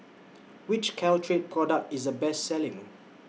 Which Caltrate Product IS The Best Selling